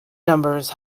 numbers